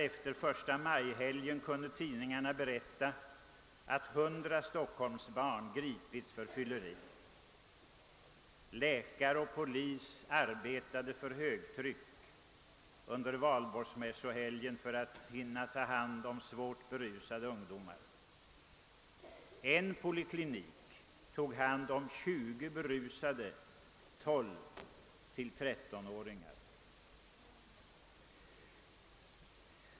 Efter förstamajhelgen kunde tidningarna berätta att hundra stockholmsbarn gripits för fylleri. Läkare och polis arbetade för högtryck under valborgsmässoafton för att hinna ta hand om svårt berusade ungdomar. En poliklinik tog hand om 20 berusade 12—13-åringar.